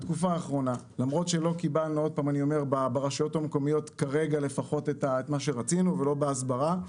למרות שלא קיבלנו ברשויות המקומיות כרגע לפחות את מה שרצינו ולא בהסברה,